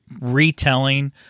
retelling